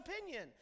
opinion